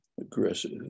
aggressive